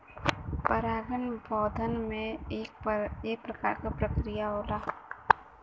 परागन पौधन में एक प्रकार क प्रक्रिया होला